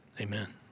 Amen